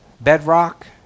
bedrock